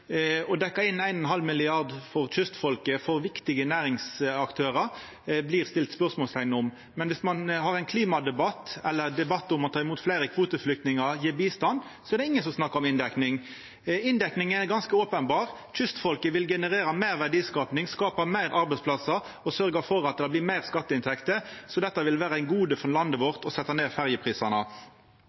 Om ein har ein klimadebatt eller debatt om å ta imot fleire kvoteflyktningar eller gje bistand, er det ingen som snakkar om inndekning. Inndekninga er ganske openberr: Kystfolket vil generera meir verdiskaping, skapa fleire arbeidsplassar og sørgja for at det blir meir i skatteinntekter. Så det å setja ned ferjeprisane vil vera eit gode for landet vårt.